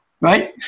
right